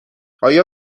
آیا